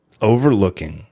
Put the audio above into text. overlooking